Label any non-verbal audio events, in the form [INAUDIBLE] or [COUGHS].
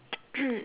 [COUGHS]